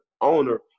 owner